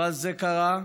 אבל זה קרה,